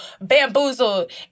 bamboozled